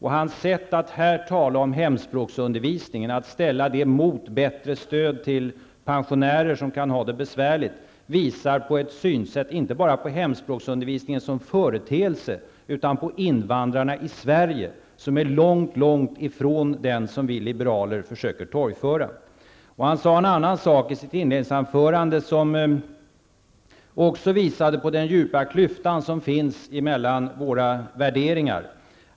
Hans sätt att här tala om hemspråksundervisningen och ställa den mot bättre stöd till pensionärer som kan ha det besvärligt visar på ett synsätt, inte bara när det gäller hemspråksundervisningen som företeelse utan när det gäller invandrarna i Sverige, som är långt långt ifrån det som vi liberaler försöker torgföra. Ian Wacthmeister sade en annan sak i sitt inledningsanförande som också visade på den djupa klyfta som finns mellan våra värderingar.